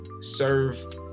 serve